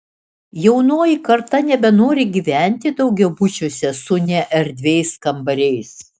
jaunoji karta nebenori gyventi daugiabučiuose su neerdviais kambariais